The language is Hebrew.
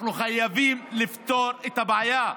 אנחנו חייבים לפתור את הבעיה,